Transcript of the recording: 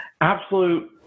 absolute